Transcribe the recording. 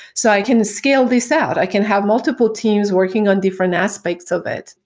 so i can scale this out. i can have multiple teams working on different aspects of it.